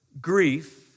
grief